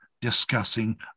discussing